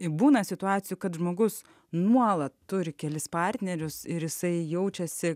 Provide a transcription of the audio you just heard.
būna situacijų kad žmogus nuolat turi kelis partnerius ir jisai jaučiasi